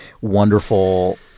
wonderful